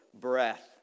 breath